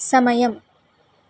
సమయం